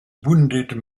wounded